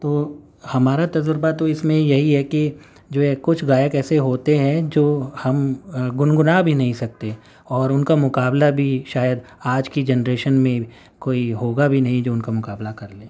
تو ہمارا تجربہ تو اس میں یہی ہے کہ جو ہے کچھ گائک ایسے ہوتے ہیں جو ہم گنگنا بھی نہیں سکتے اور ان کا مقابلہ بھی شاید آج کی جنریشن میں کوئی ہوگا بھی نہیں جو ان کا مقابلہ کر لے